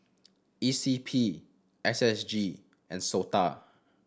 E C P S S G and SOTA